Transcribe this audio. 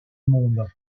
monde